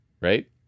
Right